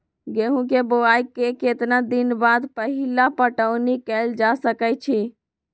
गेंहू के बोआई के केतना दिन बाद पहिला पटौनी कैल जा सकैछि?